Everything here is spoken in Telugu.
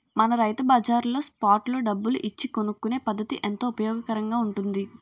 మన రైతు బజార్లో స్పాట్ లో డబ్బులు ఇచ్చి కొనుక్కునే పద్దతి ఎంతో ఉపయోగకరంగా ఉంటుంది